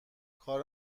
کار